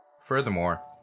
Furthermore